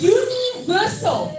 universal